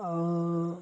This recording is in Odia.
ଆଉ